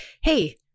hey